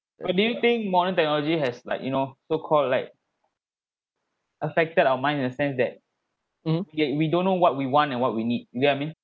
uh do you think modern technology has like you know so called like affected our mind in a sense that that we don't know what we want and what we need you get I mean